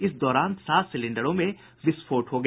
इस दौरान सात सिलेंडरों में विस्फोट हो गया